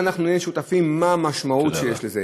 אם אנחנו נהיה שותפים, מה המשמעות שיש לזה?